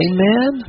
Amen